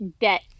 debt